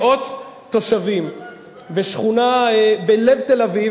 מאות תושבים בשכונה בלב תל-אביב.